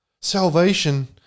Salvation